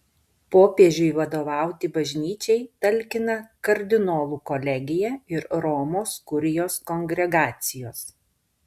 popiežiui vadovauti bažnyčiai talkina kardinolų kolegija ir romos kurijos kongregacijos